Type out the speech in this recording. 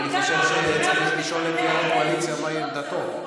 אני חושב שצריך לשאול את יו"ר הקואליציה מהי עמדתו.